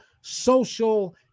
social